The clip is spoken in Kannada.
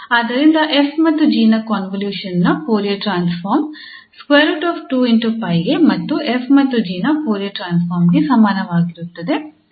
ಆದ್ದರಿಂದ 𝑓 ಮತ್ತು 𝑔 ನ ಕಾಂವೊಲ್ಯೂಷನ್ ನ ಫೋರಿಯರ್ ಟ್ರಾನ್ಸ್ಫಾರ್ಮ್ √2𝜋 ಗೆ ಮತ್ತು 𝑓 ಮತ್ತು 𝑔 ನ ಫೋರಿಯರ್ ಟ್ರಾನ್ಸ್ಫಾರ್ಮ್ ಗೆ ಸಮನಾಗಿರುತ್ತದೆ